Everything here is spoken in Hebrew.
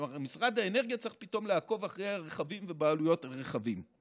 כלומר משרד האנרגיה צריך פתאום לעקוב אחרי הרכבים והבעלויות על רכבים.